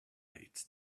it’s